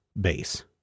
base